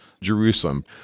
Jerusalem